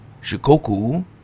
Shikoku